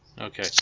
Okay